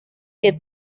que